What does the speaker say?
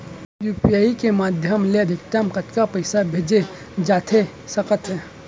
UPI के माधयम ले अधिकतम कतका पइसा भेजे जाथे सकत हे?